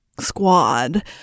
squad